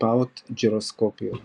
השפעות גירוסקופיות